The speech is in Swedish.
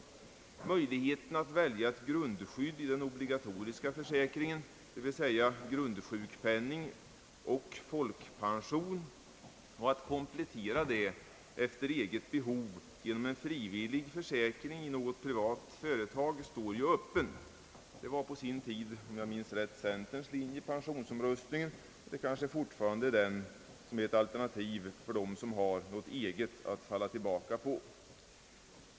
Möjligheten att välja grundskydd i den obligatoriska försäkringen — d. v. s. grundsjukpenning och folkpension — och att komplettera det efter eget behov genom frivillig försäkring i något privat företag står ju öppen. Det var på sin tid om jag minns rätt centerns linje i pensionsomröstningen, och den är kanske fortfarande ett alternativ för den som har något eget att falla tillbaka på.